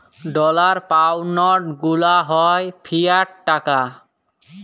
dollar, pound গুলা হ্যয় fiat টাকা